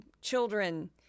children